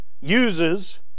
uses